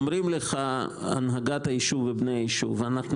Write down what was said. אומרים לך הנהגת היישוב ובני היישוב: אנחנו